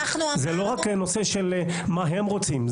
זה לא רק נושא של מה הם רוצים.